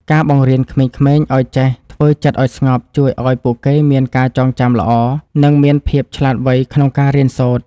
ការបង្រៀនក្មេងៗឱ្យចេះធ្វើចិត្តឱ្យស្ងប់ជួយឱ្យពួកគេមានការចងចាំល្អ និង មានភាពឆ្លាតវៃក្នុងការរៀនសូត្រ។